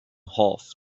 half